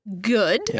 good